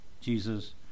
Jesus